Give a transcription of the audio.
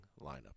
lineup